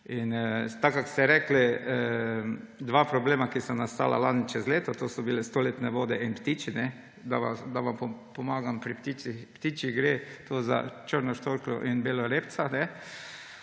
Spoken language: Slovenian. Tako kot ste rekli, dva problema, ki sta nastala lani skozi leto, to so bile stoletne vode in ptiči. Da vam pomagam pri ptičih, gre za črno štorkljo in belorepca.